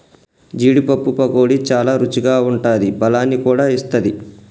జీడీ పప్పు పకోడీ చాల రుచిగా ఉంటాది బలాన్ని కూడా ఇస్తది